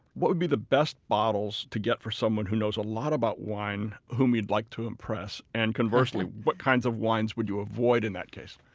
what would be the best bottles to get for someone who knows a lot about wine whom we'd like to impress, and conversely, what kinds of wines would you avoid in that case?